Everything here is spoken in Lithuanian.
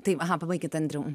taip pabaikit andriau